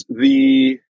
the-